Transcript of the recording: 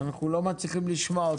אנחנו לא מצליחים לשמוע אותך.